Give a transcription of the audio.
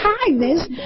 kindness